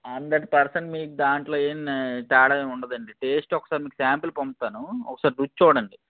hundred percent మీకు దాంట్లో ఏమి తేడా ఏమి ఉండదు అండి టేస్ట్ ఒకసారి మీకు శాంపుల్ పంపుతాను ఒకసారి రుచి చూడండి